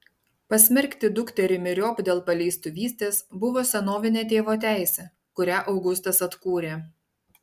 pasmerkti dukterį myriop dėl paleistuvystės buvo senovinė tėvo teisė kurią augustas atkūrė